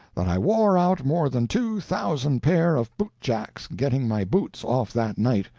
that i wore out more than two thousand pair of bootjacks getting my boots off that night,